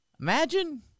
Imagine